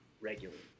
regularly